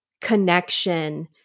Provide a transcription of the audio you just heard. connection